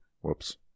Whoops